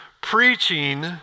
preaching